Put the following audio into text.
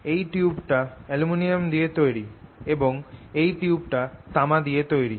এই টিউবটা অ্যালুমিনিয়াম দিয়ে তৈরি এবং এই টিউবটা তামা দিয়ে তৈরি